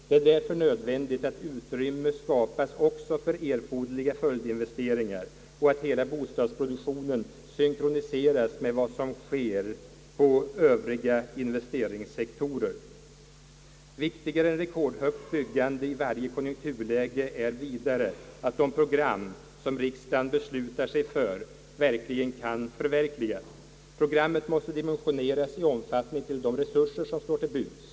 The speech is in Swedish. Det är därför nödvändigt att utrymme skapas också för erforderliga följdinvesteringar och att hela bostadsproduktionen synkroniseras med vad som sker på övriga investeringssektorer. Viktigare än rekordhögt byggande i varje konjunkturläge är vidare att det program som riksdagen beslutar sig för också kan förverkligas. Programmet måste dimensioneras i omfattning till de resurser som står till buds.